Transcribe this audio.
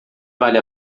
vale